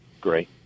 great